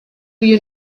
you